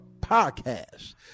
podcast